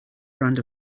brand